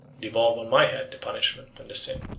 devolve on my head the punishment and the sin.